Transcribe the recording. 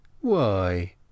Why